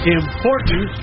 important